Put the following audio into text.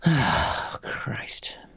Christ